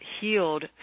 healed